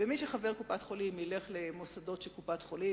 מי שחבר בקופת-חולים ילך למוסדות של קופות-החולים,